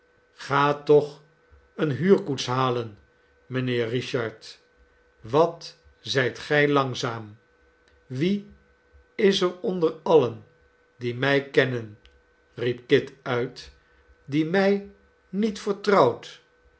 ik gatoch eene huurkoets halen mijnheer richard wat zijt gij langzaam wie is er onder alien die mij kennen riep kit uit die mij niet vertrouwt